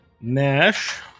Nash